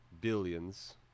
billions